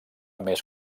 més